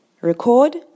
Record